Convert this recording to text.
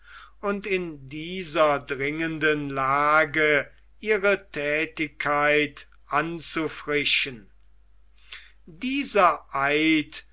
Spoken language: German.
und in dieser dringenden lage ihre thätigkeit anzufrischen dieser eid